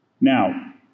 Now